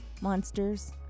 monsters